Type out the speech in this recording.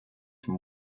from